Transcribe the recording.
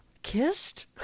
Kissed